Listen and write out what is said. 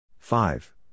Five